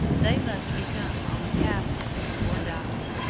they must become roman catholics or die.